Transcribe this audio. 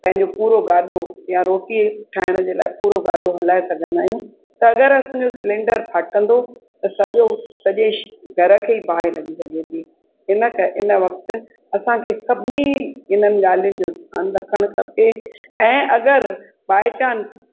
पंहिंजो पूरो गाॾो या रोटी ठाहिण जे लाइ पूरो गाॾो हलाए सघंदा आहियूं त अगरि असांजो सिलेंडर फाटंदो त सॼो सॼे घर खे ई बाहि लॻी सघे थी इन क इन वक़्तु असांखे सभिनी इन्हनि ॻाल्हियुनि जो ध्यानु रखणु खपे ऐं अगरि बाय चांस